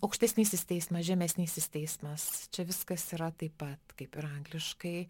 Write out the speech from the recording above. aukštesnysis teismas žemesnysis teismas čia viskas yra taip pat kaip ir angliškai